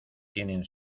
tienen